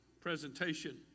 presentation